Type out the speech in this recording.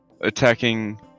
attacking